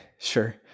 Sure